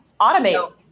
automate